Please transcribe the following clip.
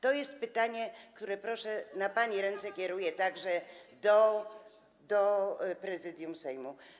To jest pytanie, które, proszę, na pani ręce, kieruję także do Prezydium Sejmu.